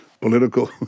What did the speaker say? political